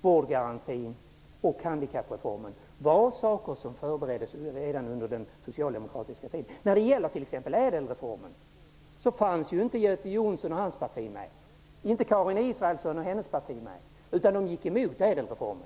vårdgarantin och handikappreformen, var saker som förbereddes redan under den socialdemokratiska tiden. När det t.ex. gäller ÄDEL-reformen fanns inte reformen.